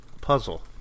Puzzle